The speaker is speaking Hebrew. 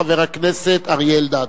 חבר הכנסת אריה אלדד.